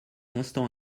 instants